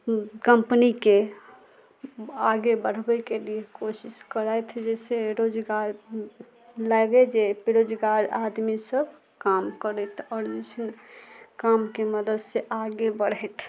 कम्पनीके आगे बढ़बैके लिए कोशिश करथि जाहिसे रोजगार लागै जे बेरोजगार आदमी सभ काम करैत और जे छै न कामके मदद से आगे बढ़ैत